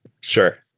Sure